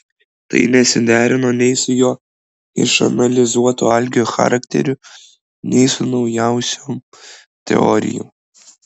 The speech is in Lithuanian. tai nesiderino nei su jo išanalizuotu algio charakteriu nei su naujausiom teorijom